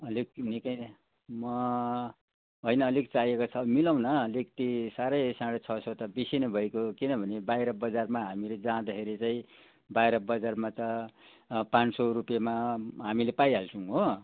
अलिक निकै नै म होइन अलिक चाहिएको छ मिलाउन अलिकति साह्रै साढे छ सौ त बेसी नै भइगयो किनभने बाहिर बजारमा हामीले जाँदाखेरि चाहिँ बाहिर बजारमा त पाँच सौ रुपियाँमा हामीले पाइहाल्छौँ हो